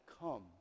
come